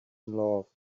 love